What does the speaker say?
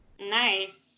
Nice